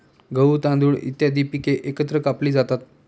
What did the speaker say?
गहू, तांदूळ इत्यादी पिके एकत्र कापली जातात